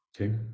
okay